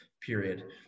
period